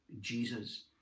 Jesus